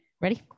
Ready